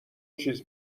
چیز